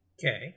Okay